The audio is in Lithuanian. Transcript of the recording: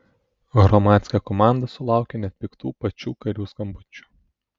hromadske komanda sulaukė net piktų pačių karių skambučių